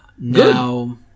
Now